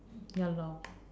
ya lor